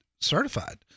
certified